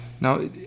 Now